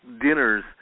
dinners